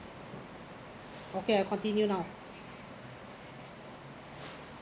okay I continue now